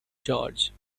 george